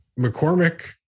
McCormick